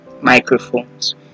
microphones